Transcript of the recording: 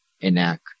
enact